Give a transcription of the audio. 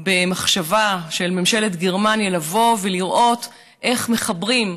במחשבה של ממשלת גרמניה לבוא ולראות איך מחברים,